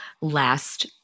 last